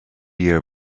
year